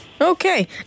Okay